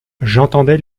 j’entendais